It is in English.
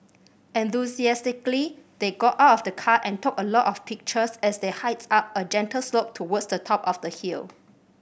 enthusiastically they got out of the car and took a lot of pictures as they hiked up a gentle slope towards the top of the hill